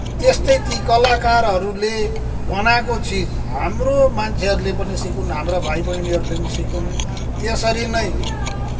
त्यस्तै ती कलाकारहरूले बनाएको चिज हाम्रो मान्छेहरूले पनि सिकुन् हाम्रा भाइ बहिनीहरूले पनि सिकुन् त्यसरी नै